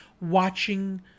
watching